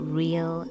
real